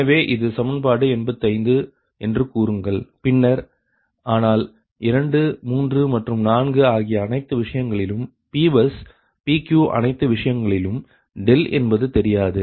எனவே இது சமன்பாடு 85 என்று கூறுங்கள் பின்னர் ஆனால் 2 3 மற்றும் 4 ஆகிய அனைத்து விஷயங்களிலும் P பஸ் PQ அனைத்து விஷயங்களிலும் என்பது தெரியாது